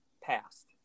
passed